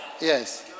Yes